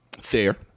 Fair